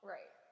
Right